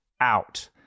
out